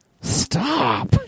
stop